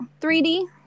3D